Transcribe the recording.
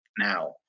Now